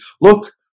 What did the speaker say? look